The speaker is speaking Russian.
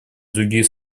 других